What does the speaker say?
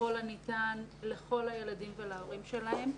ככל הניתן לכל הילדים ולהורים שלהם.